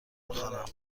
میخوانم